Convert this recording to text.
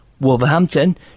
Wolverhampton